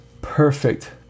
perfect